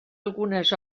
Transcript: algunes